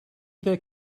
that